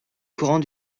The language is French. courant